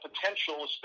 potential